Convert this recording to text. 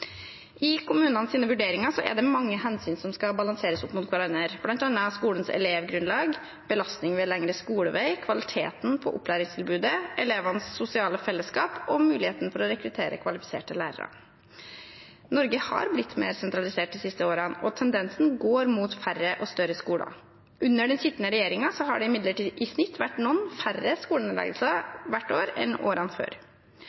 I kommunenes vurderinger er det mange hensyn som skal balanseres opp mot hverandre, bl.a. skolens elevgrunnlag, belastning ved lengre skolevei, kvaliteten på opplæringstilbudet, elevenes sosiale fellesskap og muligheten for å rekruttere kvalifiserte lærere. Norge har blitt mer sentralisert de siste årene, og tendensen går mot færre og større skoler. Under den sittende regjeringen har det imidlertid i snitt vært noen færre skolenedleggelser hvert år enn årene før.